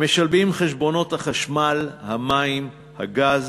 הם משלמים חשבונות חשמל, מים, גז,